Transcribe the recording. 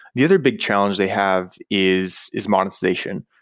the other big challenge they have is is monetization.